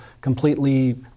completely